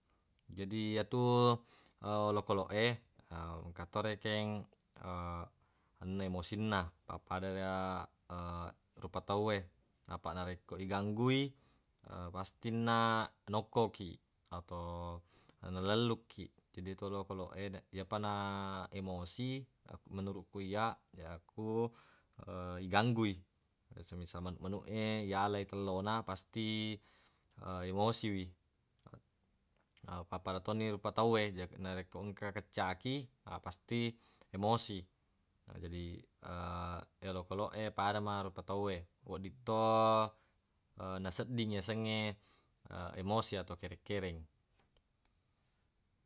Jadi yatu olokoloq e engka to rekeng enna emosinna pappada na rupa tauwe apaq narekko iganggui fastinna nokko kiq atau nalellung kiq jadi yetu olokoloq e yapa na emosi ya- menuruq kuq iyya yakku iganggui semisal manuq-manuq e yalai tello na pasti emosiwi mappada toni rupa tauwe ya- narekko engka keccaki apasti emosi na jadi olokoloq e pada mua rupa tauwe wedding to nasedding yasengnge emosi atau kere-kereng.